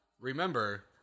remember